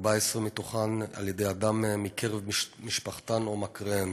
ו־14 מהן בידי אדם מקרב משפחתן או מכריהן,